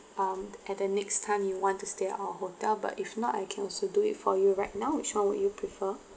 um at the next time you want to stay at our hotel but if not I can also do it for you right now which one would you prefer